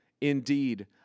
Indeed